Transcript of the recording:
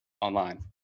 Online